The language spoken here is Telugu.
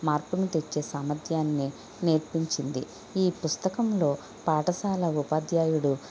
మార్పుని తెచ్చే సామర్థ్యాన్ని నేర్పించింది ఈ పుస్తకంలో పాఠశాల ఉపాధ్యాయుడు